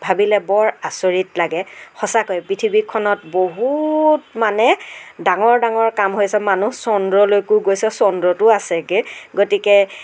ভাবিলে বৰ আচৰিত লাগে সঁচাকৈ পৃথিৱীখনত বহুত মানে ডাঙৰ ডাঙৰ কাম হৈ আছে মানুহ চন্দ্ৰলৈকো গৈছে চন্দ্ৰতো আছেগৈ গতিকে